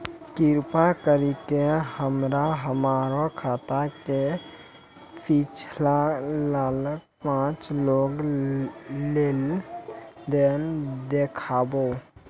कृपा करि के हमरा हमरो खाता के पिछलका पांच गो लेन देन देखाबो